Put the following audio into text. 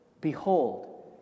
Behold